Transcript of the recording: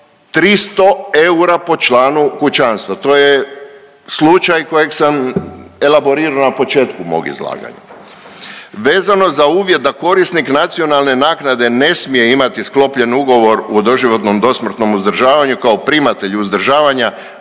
300 eura po članu kućanstva. To je slučaj kojeg sam elaborirao na početku mog izlaganja. Vezano za uvjet da korisnik nacionalne naknade ne smije imati sklopljen ugovor o doživotnom dosmrtnom uzdržavanju kao primatelj uzdržavanja,